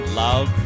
love